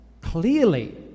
Clearly